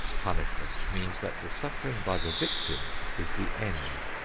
punishment means that the suffering by the victim is the end,